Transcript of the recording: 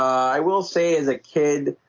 i will say as a kid.